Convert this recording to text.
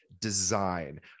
design